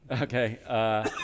Okay